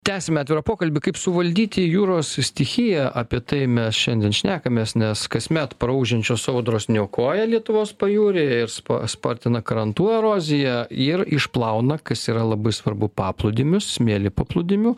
tęsiame pokalbį kaip suvaldyti jūros stichiją apie tai mes šiandien šnekamės nes kasmet praūžiančios audros niokoja lietuvos pajūrį ir spa spartina krantų eroziją ir išplauna kas yra labai svarbu paplūdimius smėlį paplūdimių